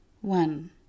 One